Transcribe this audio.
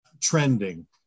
trending